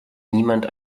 niemand